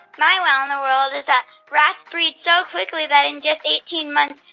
my wow in the world is that rats breed so quickly that, in just eighteen months,